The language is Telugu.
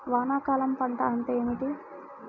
వానాకాలం పంట అంటే ఏమిటి?